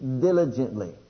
diligently